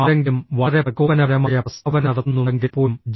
ആരെങ്കിലും വളരെ പ്രകോപനപരമായ പ്രസ്താവന നടത്തുന്നുണ്ടെങ്കിൽ പോലും ജി